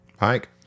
mike